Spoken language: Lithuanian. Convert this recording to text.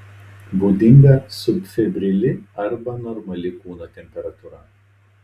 būdinga subfebrili arba normali kūno temperatūra